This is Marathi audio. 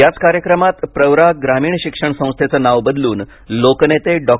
याच कार्यक्रमात प्रवरा ग्रामीण शिक्षण संस्थेचं नाव बदलून लोकनेते डॉ